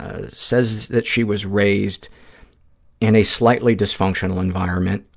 ah says that she was raised in a slightly dysfunctional environment.